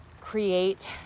create